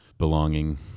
belonging